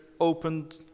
opened